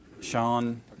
Sean